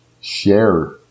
share